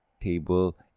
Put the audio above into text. table